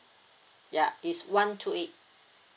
ya it's one two eight